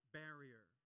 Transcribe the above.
barrier